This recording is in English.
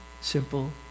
simple